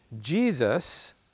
Jesus